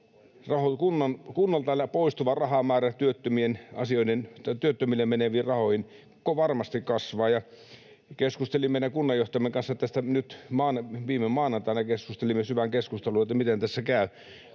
kunnilta poistuva rahamäärä työttömille meneviin rahoihin varmasti kasvaa. Keskustelin meidän kunnanjohtajamme kanssa tästä nyt viime maanantaina syvän keskustelun, miten tässä käy,